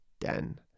den